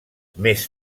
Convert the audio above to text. més